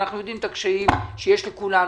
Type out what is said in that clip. אנחנו יודעים את הקשיים שיש לכולנו.